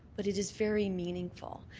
but it is very meaningful.